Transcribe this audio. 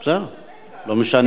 זה בכלל לא משנה.